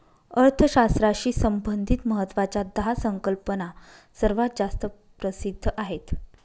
अर्थशास्त्राशी संबंधित महत्वाच्या दहा संकल्पना सर्वात जास्त प्रसिद्ध आहेत